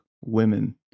women